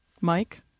Mike